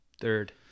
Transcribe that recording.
third